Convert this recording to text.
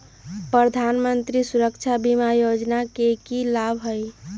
प्रधानमंत्री सुरक्षा बीमा योजना के की लाभ हई?